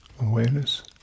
Awareness